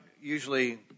usually